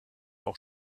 auch